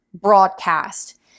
broadcast